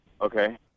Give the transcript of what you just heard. okay